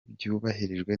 byubahirijwe